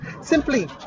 simply